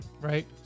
Right